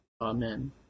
Amen